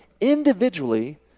individually